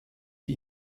die